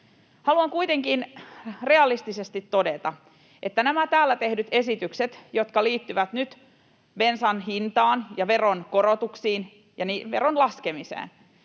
Haluan kuitenkin realistisesti todeta, että nämä täällä tehdyt esitykset, jotka liittyvät nyt bensan hintaan ja veronkorotuksiin ja verojen laskemiseen,